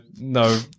no